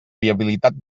viabilitat